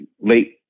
late